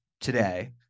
today